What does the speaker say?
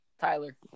Tyler